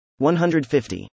150